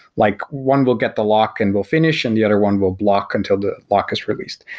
like one will get the lock and will finish and the other one will block until the lock is released.